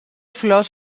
flors